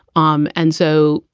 um and so,